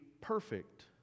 perfect